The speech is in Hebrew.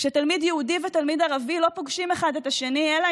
כשתלמיד יהודי ותלמיד ערבי לא פוגשים אחד את השני אלא